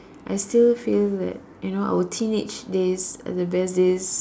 I still feel that you know our teenage days are the best days